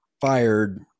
fired